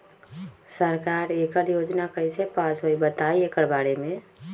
सरकार एकड़ योजना कईसे पास होई बताई एकर बारे मे?